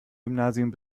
gymnasium